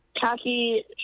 khaki